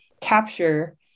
capture